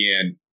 again